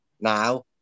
now